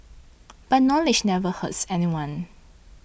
but knowledge never hurts anyone